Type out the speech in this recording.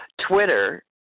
Twitter